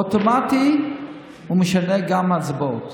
אוטומטית הוא משנה גם בהצבעות,